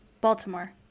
Baltimore